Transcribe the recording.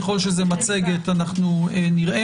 ככל שזו מצגת, אנחנו נראה.